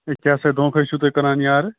کیٛاہ سہَ دونٛکھے چھُو تُہۍ کَران یارٕ